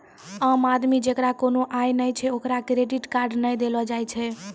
आम आदमी जेकरा कोनो आय नै छै ओकरा क्रेडिट कार्ड नै देलो जाय छै